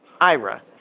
Ira